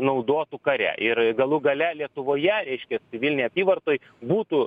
naudotų kare ir galų gale lietuvoje reiškias civilinėj apyvartoj būtų